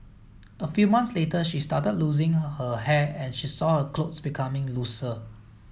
a few months later she started losing her hair and she saw her clothes becoming looser